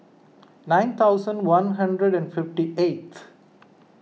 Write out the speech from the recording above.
nine thousand one hundred and fifty eighth